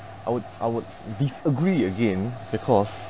I would I would disagree again because